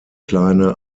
kleine